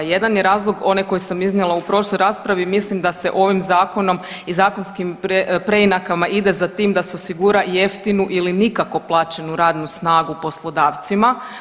Jedan je razlog onaj koji sam iznijela u prošloj raspravi mislim da se ovim zakonom i zakonskim preinakama ide za tim da se osigura jeftinu ili nikako plaćenu radnu snagu poslodavcima.